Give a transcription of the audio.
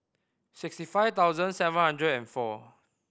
sixty five thousand seven hundred and four